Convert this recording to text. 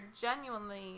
genuinely